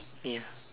ya